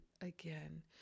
again